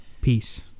Peace